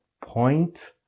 point